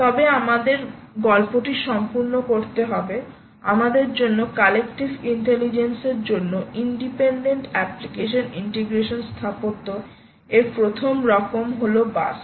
তবে আমাদের গল্পটি সম্পূর্ণ করতে হবে আমাদের জন্য কালেক্টিভ ইন্টেলিজেন্স এর জন্য ইন্ডিপেন্ডেন্ট অ্যাপ্লিকেশন ইন্টিগ্রেশন স্থাপত্য এর প্রথম রকম হলো বাস